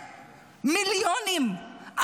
מיליונים,